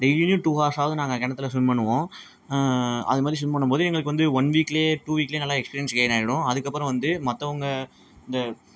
டெய்லியும் டூ ஹார்ஸாவது நாங்கள் கிணத்துல ஸ்விம் பண்ணுவோம் அது மாதிரி ஸ்விம் பண்ணும் போது எங்களுக்கு வந்து ஒன் வீக்கிலியே டூ வீக்கிலியே நல்லா எக்ஸ்பீரியன்ஸ் கெயின் ஆகிடும் அதுக்கப்பறம் வந்து மற்றவங்க இந்த